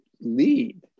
lead